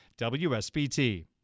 WSBT